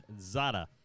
zada